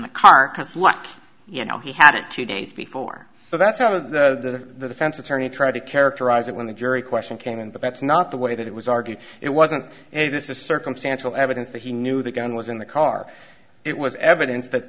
the car because what you know he had it two days before but that's out of the defense attorney tried to characterize it when the jury question came in but that's not the way that it was argued it wasn't a this is circumstantial evidence that he knew the gun was in the car it was evidence that